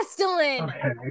Dylan